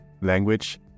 language